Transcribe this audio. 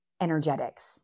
energetics